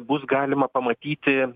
bus galima pamatyti